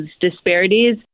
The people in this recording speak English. disparities